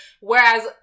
Whereas